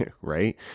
right